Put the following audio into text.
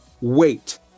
wait